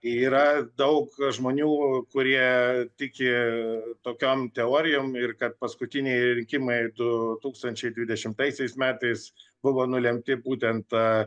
yra daug žmonių kurie tiki tokiom teorijom ir kad paskutiniai rinkimai du tūkstančiai dvidešimtaisiais metais buvo nulemti būtent